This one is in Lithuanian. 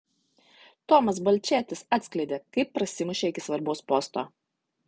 tomas balčėtis atskleidė kaip prasimušė iki svarbaus posto